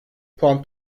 puan